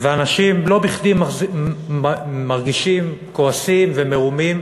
ואנשים לא בכדי מרגישים כועסים ומרומים,